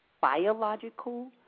biological